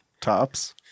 tops